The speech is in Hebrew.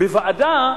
בוועדה,